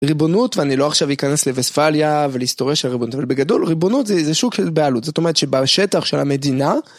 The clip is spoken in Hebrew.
ריבונות, ואני לא עכשיו אכנס לוסטפליה ולהיסטוריה של ריבונות, אבל בגדול ריבונות זה שוק של בעלות זאת אומרת שבשטח של המדינה